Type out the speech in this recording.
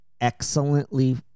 excellently